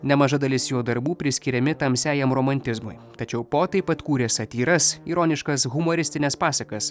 nemaža dalis jo darbų priskiriami tamsiajam romantizmui tačiau po taip pat kūrė satyras ironiškas humoristines pasakas